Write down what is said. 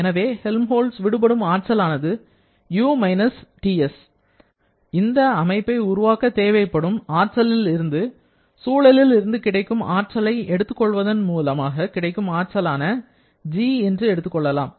எனவே ஹெல்ம்ஹால்ட்ஸ் விடுபடும் ஆற்றலானது U − TS இதனை அமைப்பை உருவாக்க தேவைப்படும் ஆற்றலில் இருந்து சூழலில் இருந்து கிடைக்கும் ஆற்றலை எடுத்துக் கொள்வதன் மூலமாக கிடைக்கும் ஆற்றலான G என்று எடுத்துக் கொள்ளலாம்